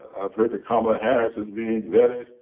i've heard that kamala harris is being vetted.